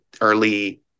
early